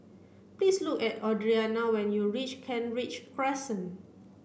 please look at Audriana when you reach Kent Ridge Crescent